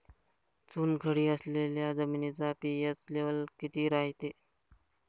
चुनखडी असलेल्या जमिनीचा पी.एच लेव्हल किती रायते?